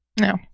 No